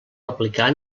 aplicar